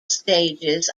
stages